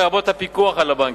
לרבות הפיקוח על הבנקים,